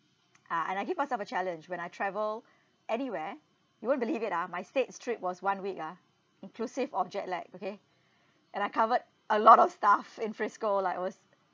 uh and I give myself a challenge when I travel anywhere you won't believe it ah my states trip was one week ah inclusive of jet lag okay and I covered a lot of stuff in frisco like it was